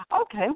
Okay